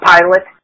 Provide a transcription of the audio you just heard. Pilot